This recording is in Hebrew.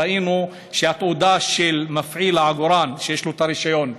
ראינו שהתעודה של מפעיל העגורן שיש לו את הרישיון,